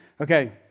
okay